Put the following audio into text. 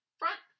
front